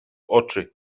oczy